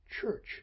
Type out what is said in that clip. church